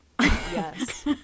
Yes